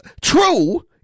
true